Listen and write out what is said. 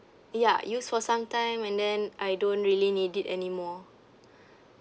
ya use for some time and then I don't really need it anymore